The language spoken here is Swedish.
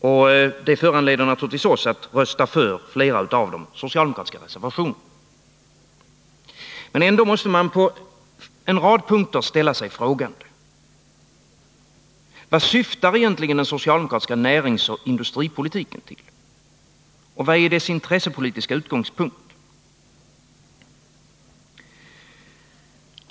Naturligtvis föranleder det oss att rösta för flera av de socialdemokratiska reservationerna. Ändå måste man på en rad punkter ställa sig frågande. Vad syftar egentligen den socialdemokratiska näringsoch industripolitiken till? Vilken är dess intressepolitiska utgångspunkt?